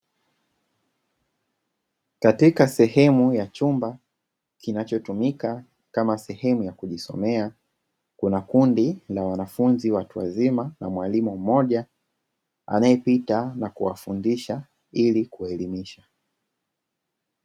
Katika sehemu ya chumba kinachotumika kama sehemu ya kujisomea kuna kundi la wanafunzi, watu wazima na mwalimu mmoja anayepita na kuwafundisha ili kuelimisha.